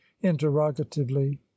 interrogatively